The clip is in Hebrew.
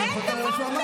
אין דבר כזה.